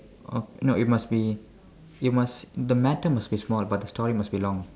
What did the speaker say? oh no it must be you must the matter must be small but the story must be long